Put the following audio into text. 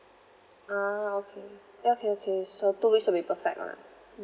ah okay okay okay so two weeks will be perfect lah